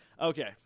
Okay